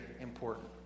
important